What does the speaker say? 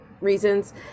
reasons